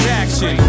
action